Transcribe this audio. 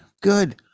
Good